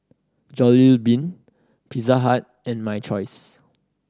Jollibean Pizza Hut and My Choice